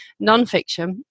nonfiction